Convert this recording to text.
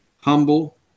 humble